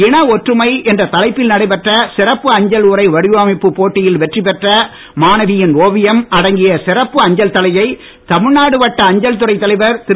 இன ஒற்றுமை என்ற தலைப்பில் நடைபெற்ற சிறப்பு அஞ்சல் உறை வடிவமைப்பு போட்டியில் வெற்றி பெற்ற மாணவியின் ஓவியம் அடங்கிய சிறப்பு அஞ்சல் தலையை தமிழ்நாடு வட்ட அஞ்சல் துறை தலைவர் திரு